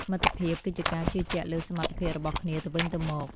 មិត្តភាពគឺជាការជឿជាក់លើសមត្ថភាពរបស់គ្នាទៅវិញទៅមក។